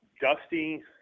Dusty